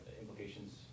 implications